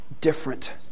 different